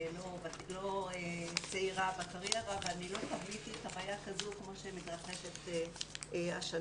לא צעירה אבל לא חוויתי חוויה כזו כפי שמתרחשת השנה.